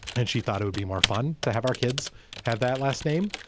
and she thought it would be more fun to have our kids have that last name.